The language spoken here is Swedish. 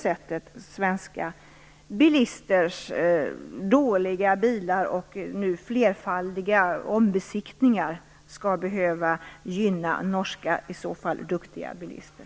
Svenska bilisters dåliga bilar och flerfaldiga ombesiktningar skall ju inte behöva gynna norska bilister.